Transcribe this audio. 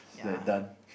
is like done